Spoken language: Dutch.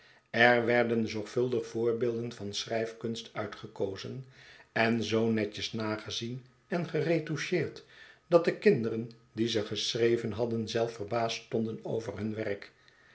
er werden zorgvuldig voorbeelden van schrijfkunst uitgekozen en zoo netjes nagezien en geretoucheerd dat de kinderen die ze geschreven hadden zelf verbaasd stonden over hun werk